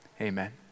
amen